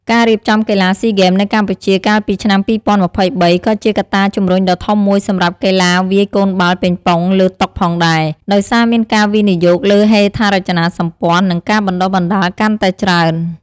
ការរៀបចំកីឡាស៊ីហ្គេមនៅកម្ពុជាកាលពីឆ្នាំ២០២៣ ក៏ជាកត្តាជំរុញដ៏ធំមួយសម្រាប់កីឡាវាយកូនបាល់ប៉េងប៉ុងលើតុផងដែរ ដោយសារមានការវិនិយោគលើហេដ្ឋារចនាសម្ព័ន្ធ និងការបណ្ដុះបណ្ដាលកាន់តែច្រើន។